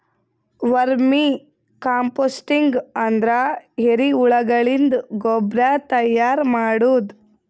vermi composting ಅಂದ್ರ ಎರಿಹುಳಗಳಿಂದ ಗೊಬ್ರಾ ತೈಯಾರ್ ಮಾಡದು